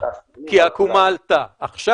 עכשיו,